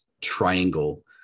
triangle